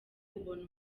ubona